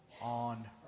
on